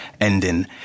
ending